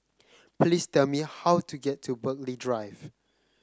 please tell me how to get to Burghley Drive